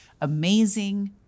amazing